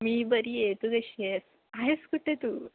मी बरी आहे तू कशी आहेस आहेस कुठे तू